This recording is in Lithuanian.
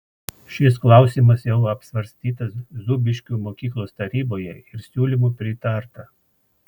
šis klausimas jau apsvarstytas zūbiškių mokyklos taryboje ir siūlymui pritarta